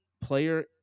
player